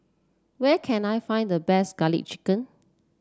where can I find the best garlic chicken